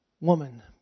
woman